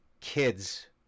kids